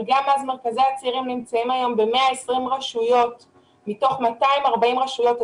מרכזי הצעירים נמצאים היום ב-120 רשויות מתוך 240 רשויות.